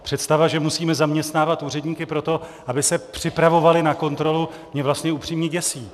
Představa, že musíme zaměstnávat úředníky proto, aby se připravovali na kontrolu, mě upřímně děsí.